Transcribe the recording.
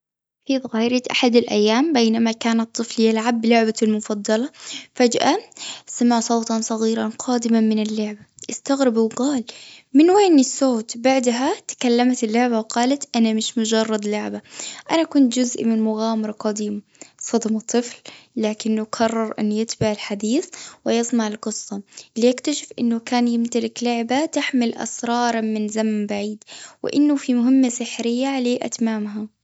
في ظهيرة أحد الأيام، بينما كان الطفل يلعب بلعبته المفضلة، فجأة، سمع صوتاً صغيراً قادماً من اللعبة. استغرب وجال: من وين الصوت، بعدها تكلمت اللعبة وقالت: أنا مش مجرد لعبة، أنا كنت جزء من مغامرة قديم. انصدم الطفل، لكنه قرر أن يتبع الحديث ويسمع القصة، ليكتشف أنه كان يمتلك لعبة تحمل أسراراً من زمن بعيد، وأنه في مهمة سحرية ل إتمامها.